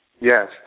Yes